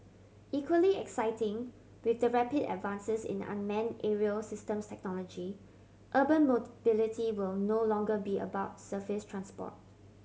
equally exciting with the rapid advances in unmanned aerial systems technology urban mode will no longer be about surface transport